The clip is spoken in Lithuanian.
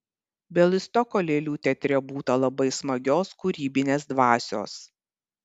bialystoko lėlių teatre būta labai smagios kūrybinės dvasios